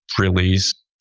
release